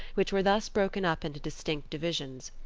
which were thus broken up into distinct divisions.